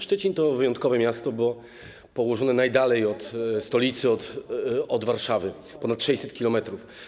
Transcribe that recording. Szczecin to wyjątkowe miasto, bo położone najdalej od stolicy, od Warszawy - ponad 600 km.